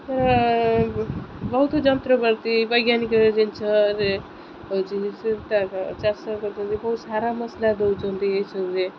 ବହୁତ ଯନ୍ତ୍ରପାତି ବୈଜ୍ଞାନିକ ଜିନିଷରେ ହେଉଛି ସେ ତା ଚାଷ କରୁଛନ୍ତି ବହୁତ ସାରା ମସଲା ଦେଉଛନ୍ତି ଏହି ସବୁରେ